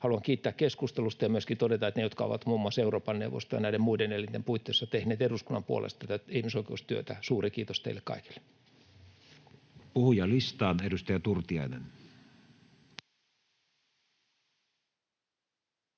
Haluan kiittää keskustelusta ja myöskin todeta niille, jotka ovat muun muassa Euroopan neuvoston ja näiden muiden elinten puitteissa tehneet eduskunnan puolesta tätä ihmisoikeustyötä: suuri kiitos teille kaikille. [Speech 83] Speaker: Matti Vanhanen